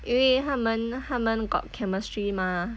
因为他们他们 got chemistry mah